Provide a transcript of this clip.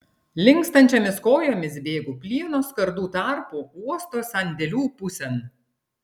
linkstančiomis kojomis bėgu plieno skardų tarpu uosto sandėlių pusėn